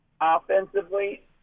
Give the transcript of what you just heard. offensively